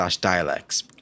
dialects